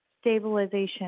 stabilization